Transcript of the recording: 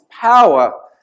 power